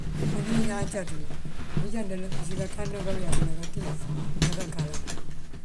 Unú uwí ñaan cat wí bunjá ndalëmësi kankanda kayeek ná kantíis ná kankalëmi